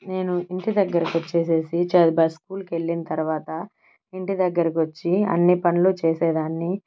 నేను ఇంటి దగ్గరకు వచ్చేసేసి చ బస్ స్కూల్కు వెళ్ళిన తర్వాత ఇంటి దగ్గరకు వచ్చి అన్ని పనులు చేసేదాన్ని